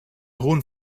hohen